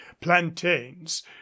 plantains